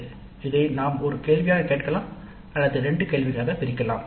" இதை நாம் ஒரு கேள்வியாகக் கேட்கலாம் அல்லது இரண்டு கேள்விகளாக பிரிக்கலாம்